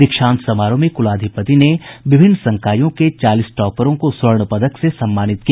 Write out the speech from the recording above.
दीक्षांत समारोह में कुलाधिपति ने विभिन्न संकायों के चालीस टॉपरों को स्वर्ण पदक से सम्मानित किया